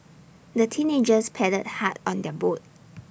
the teenagers paddled hard on their boat